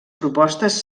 propostes